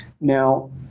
Now